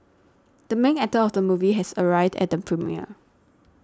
the main actor of the movie has arrived at the premiere